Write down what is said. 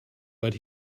but